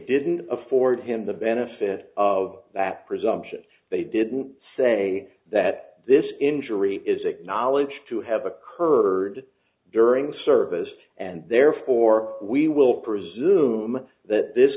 didn't afford him the benefit of that presumption they didn't say that this injury is acknowledged to have occurred during service and therefore we will presume that this